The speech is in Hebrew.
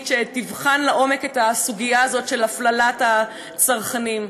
שתבחן לעומק את הסוגיה הזאת של הפללת הצרכנים.